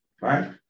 right